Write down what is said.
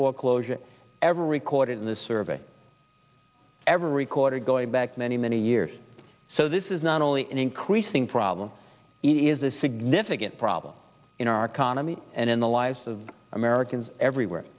foreclosure ever recorded in this survey ever recorded going back many many years so this is not only an increasing problem it is a significant problem in our kaname and in the lives of americans everywhere